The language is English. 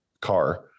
car